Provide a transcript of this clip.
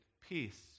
peace